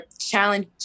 challenge